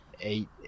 eight